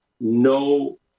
no